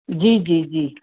जी जी जी